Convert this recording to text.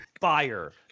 fire